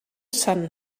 sun